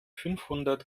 fünfhundert